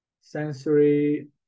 sensory